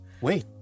wait